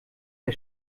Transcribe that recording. der